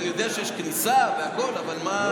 אני יודע שיש כניסה והכול, אבל למה?